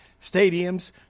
stadiums